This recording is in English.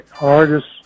artists